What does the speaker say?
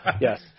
Yes